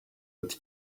ati